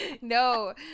No